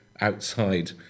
outside